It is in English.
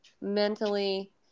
mentally